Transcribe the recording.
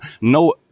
no